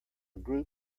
group